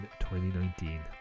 2019